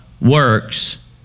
works